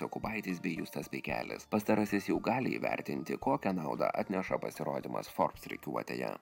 jokubaitis bei justas pikelis pastarasis jau gali įvertinti kokią naudą atneša pasirodymas forbes rikiuotėje